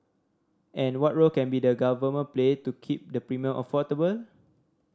and what role can be the Government play to keep the premium affordable